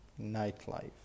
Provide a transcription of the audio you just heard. nightlife